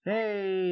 Hey